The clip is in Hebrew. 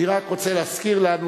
אני רק רוצה להזכיר לנו,